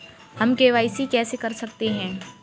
हम के.वाई.सी कैसे कर सकते हैं?